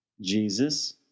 Jesus